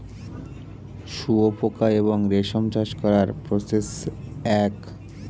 শুয়োপোকা এবং রেশম চাষ করার প্রসেস এক